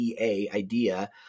IDEA